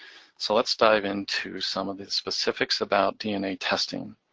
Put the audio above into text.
so let's dive into some of the specifics about dna testing.